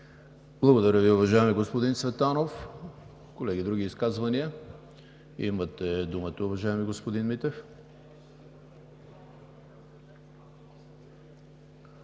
Благодаря Ви, уважаеми господин Цветанов. Колеги, други изказвания? Имате думата, уважаеми господин Митев.